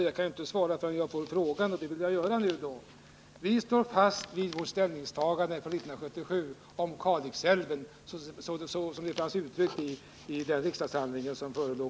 Men jag kan ju inte svara förrän jag får en fråga, och jag vill därför svara nu: Vi står fast vid vårt ställningstagande 1977 om Kalixälven, som det fanns uttryckt i den riksdagshandling som då förelåg.